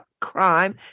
crime